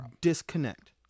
disconnect